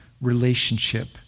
relationship